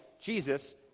Jesus